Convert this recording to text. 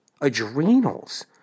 adrenals